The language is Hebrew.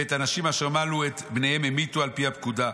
ואת הנשים אשר מלו את בניהן המיתו על פי הפקודה.